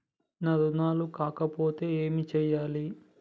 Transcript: నా రుణాలు కాకపోతే ఏమి చేయాలి?